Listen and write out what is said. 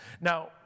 Now